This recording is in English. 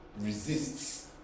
resists